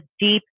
deep